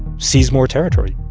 seize more territory